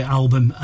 album